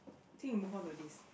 think we move on to this